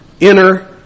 Enter